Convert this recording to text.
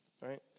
right